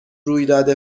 رویداد